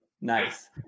Nice